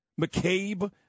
McCabe